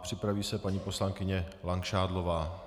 Připraví se paní poslankyně Langšádlová.